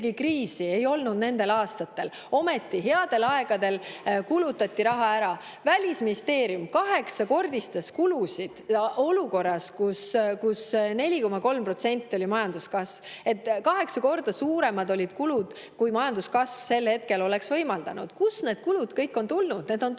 kriisi ei olnud nendel aastatel, ometi headel aegadel kulutati raha ära. Välisministeerium kaheksakordistas kulusid olukorras, kus majanduskasv oli 4,3%. Kaheksa korda suuremad olid kulud, kui majanduskasv sel ajal oleks võimaldanud. Kust need kulud kõik on tulnud? Need on tulnud